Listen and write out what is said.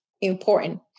important